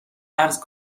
عرض